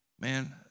man